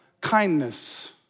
Kindness